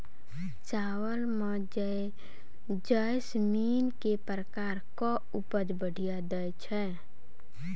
चावल म जैसमिन केँ प्रकार कऽ उपज बढ़िया दैय छै?